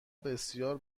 بسیار